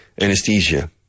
Anesthesia